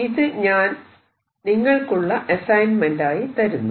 ഇത് ഞാൻ നിങ്ങൾക്കുള്ള അസൈന്മെന്റ് ആയി തരുന്നു